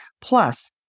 Plus